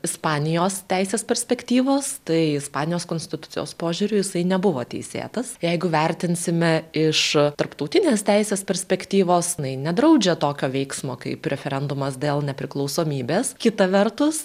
ispanijos teisės perspektyvos tai ispanijos konstitucijos požiūriu jisai nebuvo teisėtas jeigu vertinsime iš tarptautinės teisės perspektyvos na ji nedraudžia tokio veiksmo kaip referendumas dėl nepriklausomybės kita vertus